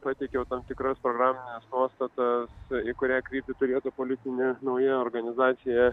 pateikiau tam tikras programines nuostatas į kurią kryptį turėtų politinė nauja organizacija